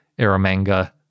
Aramanga